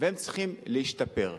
והם צריכים להשתפר.